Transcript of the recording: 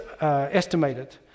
estimated